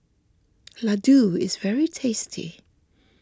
Ladoo is very tasty